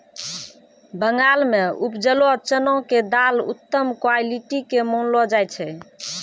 बंगाल मॅ उपजलो चना के दाल उत्तम क्वालिटी के मानलो जाय छै